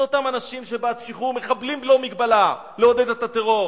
אלה אותם אנשים שהם בעד שחרור מחבלים ללא מגבלה כדי לעודד את הטרור,